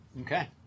Okay